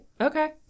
Okay